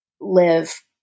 live